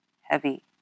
heavy